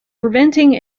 preventing